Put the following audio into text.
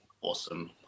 awesome